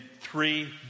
three